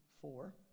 four